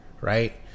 right